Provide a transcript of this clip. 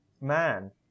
man